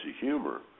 humor